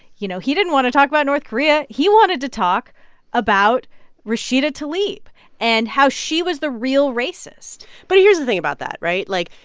you know, he didn't want to talk about north korea. he wanted to talk about rashida tlaib and how she was the real racist but here's the thing about that, right? like,